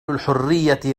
الحرية